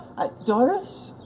i doris?